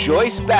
Joyce